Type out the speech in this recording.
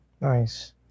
Nice